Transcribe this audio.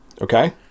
Okay